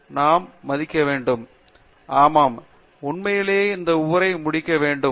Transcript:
பேராசிரியர் பிரதாப் ஹரிதாஸ் ஆமாம் ஆமாம் சரி உண்மையிலேயே இந்த உரையை முடிக்க வேண்டும்